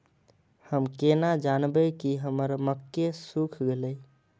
हम केना जानबे की हमर मक्के सुख गले?